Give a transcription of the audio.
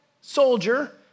soldier